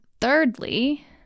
thirdly